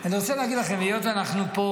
אני רוצה להגיד לכם, היות שאנחנו פה